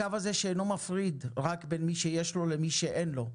הקו הזה שאינו מפריד רק בין מי שיש לו למי שאין לו,